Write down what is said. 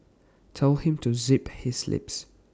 tell him to zip his lips